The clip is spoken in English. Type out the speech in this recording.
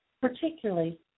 particularly